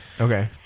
Okay